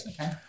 okay